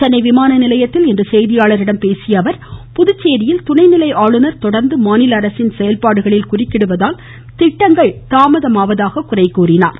சென்னை விமானநிலையத்தில் செய்தியாளர்களிடம் பேசிய அவர் புதுச்சேரியில் துணைநிலை ஆளுநர் தொடர்ந்து மாநில அரசின் செயல்பாடுகளில் குறுக்கிடுவதால் திட்டங்கள் தாமதமாவதாக குறை கூறியுள்ளார்